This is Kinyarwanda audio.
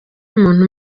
muntu